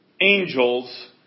angels